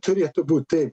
turėtų būt taip